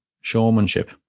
showmanship